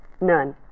None